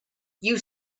you